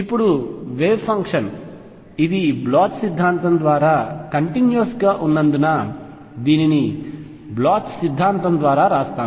ఇప్పుడు wave function ఇది Bloch సిద్ధాంతం ద్వారా కంటిన్యూస్ గా ఉన్నందున దీనిని బ్లోచ్ సిద్ధాంతం ద్వారా వ్రాస్తాను